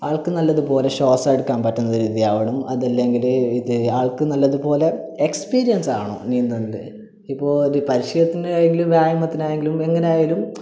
ആൾക്ക് നല്ലതുപോലെ ശ്വാസം എടുക്കാൻ പറ്റുന്ന രീതിയിലാവണം അതല്ലെങ്കിൽ ഇത് ആൾക്ക് നല്ലതുപോലെ എക്സ്പീരിയൻസ് ആകണം ഇനി ഇത് ഉണ്ട് ഇപ്പോൾ ഒരു പരിശീലനത്തിനായെങ്കിലും വ്യായാമത്തിനായെങ്കിലും എങ്ങനെ ആയാലും